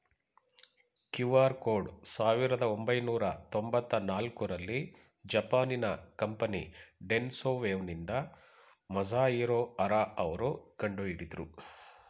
QR code ಸಾವಿರದ ಒಂಬೈನೂರ ತೊಂಬತ್ತ ನಾಲ್ಕುರಲ್ಲಿ ಜಪಾನಿನ ಕಂಪನಿ ಡೆನ್ಸೊ ವೇವ್ನಿಂದ ಮಸಾಹಿರೊ ಹರಾ ಅವ್ರು ಕಂಡುಹಿಡಿದ್ರು